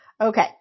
Okay